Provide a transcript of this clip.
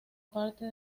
parte